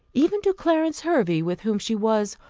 even to clarence hervey, with whom she was,